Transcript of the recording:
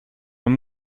man